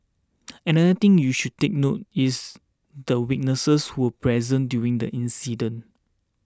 another thing you should take note is the witnesses who were present during the incident